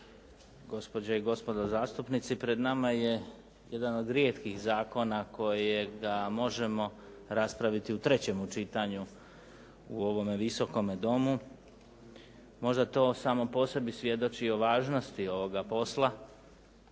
gospođe i gospodo zastupnici. Pred nama je jedan od rijetkih zakona kojeg možemo raspraviti u trećem čitanju u ovome Visokom domu. Možda to samo po sebi svjedoči o važnosti ovoga posla